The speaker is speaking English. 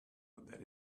that